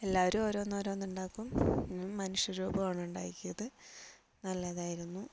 എല്ലാവരും ഓരോന്ന് ഓരോന്ന് ഉണ്ടാക്കും ഞാൻ മനുഷ്യരൂപമാണ് ഉണ്ടാക്കിയത് നല്ലതായിരുന്നു